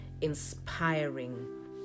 inspiring